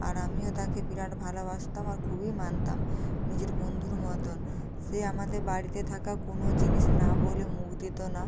আর আমিও তাকে বিরাট ভালোবাসতাম আর খুবই মানতাম নিজের বন্ধুর মতন সে আমাদের বাড়িতে থাকা কোনো জিনিস না বলে মুখ দিত না